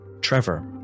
Trevor